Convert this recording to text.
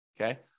okay